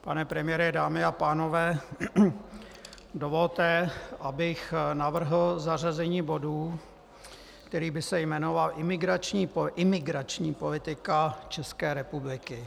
Pane premiére, dámy a pánové, dovolte, abych navrhl zařazení bodu, který by se jmenoval Imigrační politika České republiky.